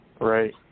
Right